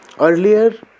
Earlier